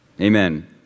Amen